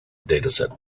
dataset